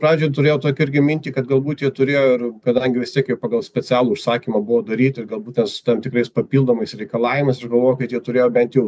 pradžių turėjau tokią irgi mintį kad galbūt jie turėjo ir kadangi vis tiek jie pagal specialų užsakymą buvo daryti ir galbūt tam tikrais papildomais reikalavimais aš galvojau kad jie turėjo bent jau